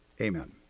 amen